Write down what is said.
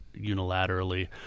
unilaterally